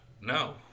No